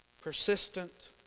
persistent